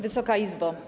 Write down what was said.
Wysoka Izbo!